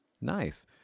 Nice